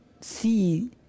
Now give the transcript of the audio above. see